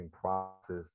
process